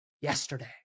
yesterday